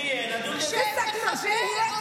כשיהיה, נדון בזה.